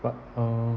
but uh